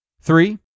Three